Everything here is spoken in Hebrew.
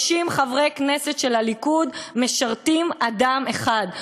30 חברי כנסת של הליכוד משרתים אדם אחד.